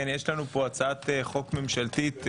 יש לנו פה הצעת חוק ממשלתית,